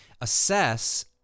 assess